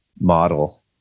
model